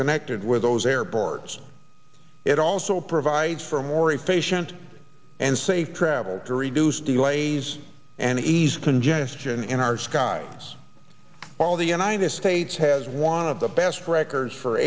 connected with those airports it also provides for a more efficient and safe travel to reduce delays and ease congestion in our skies all of the united states has one of the best records for